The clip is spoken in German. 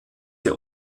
der